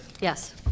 Yes